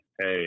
Hey